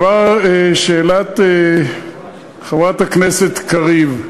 שאלת חברת הכנסת קריב,